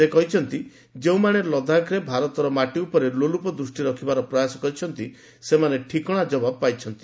ସେ କହିଛନ୍ତି ଯେଉଁମାନେ ଲଦାଖରେ ଭାରତର ମାଟି ଉପରେ ଲୋଲୁପ ଦୃଷ୍ଟି ରଖିବାର ପ୍ରୟାସ କରିଛନ୍ତି ସେମାନେ ଠିକଣା ଜବାବ ପାଇଛନ୍ତି